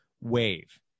wave